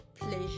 pleasure